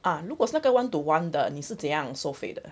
ah 如果是那个 one to one 的你是怎样收费的